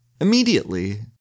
Immediately